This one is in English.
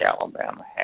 Alabama